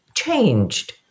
changed